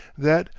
that,